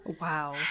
wow